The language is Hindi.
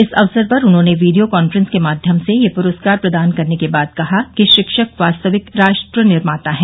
इस अवसर पर उन्होंने वीडियो कॉन्फ्रेंस के माध्यम से ये पुरस्कार प्रदान करने के बाद कहा कि शिक्षक वास्तविक राष्ट्र निर्माता हैं